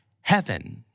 heaven